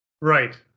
Right